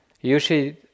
Usually